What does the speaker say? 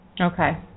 Okay